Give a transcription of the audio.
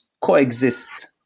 coexist